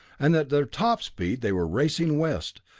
and at their top speed they were racing west,